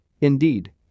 indeed